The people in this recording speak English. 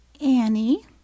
Annie